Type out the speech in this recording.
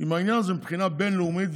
עם העניין הזה מבחינה בין-לאומית,